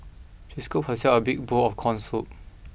she scooped herself a big bowl of corn soup